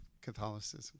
Catholicism